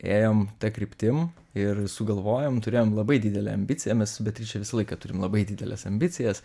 ėjom ta kryptim ir sugalvojom turėjom labai didelę ambiciją mes su beatriče visą laiką turim labai dideles ambicijas